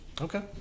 Okay